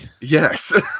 Yes